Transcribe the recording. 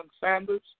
Sanders